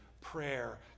prayer